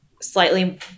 slightly